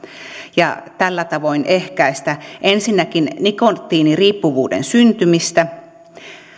ja tällä tavoin ehkäistä ensinnäkin nikotiiniriippuvuuden syntymistä